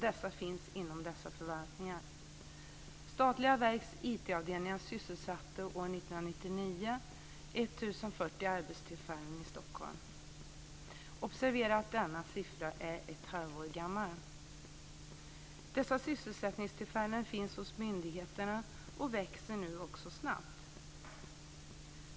De finns inom dessa förvaltningar. 1 040 personer i Stockholm. Observera att denna siffra är ett halvår gammal! Dessa sysselsättningstillfällen finns hos myndigheterna och växer nu också snabbt.